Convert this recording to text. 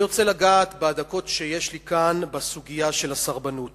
אני רוצה לגעת בדקות שיש לי כאן בסוגיית הסרבנות